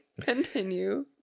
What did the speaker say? Continue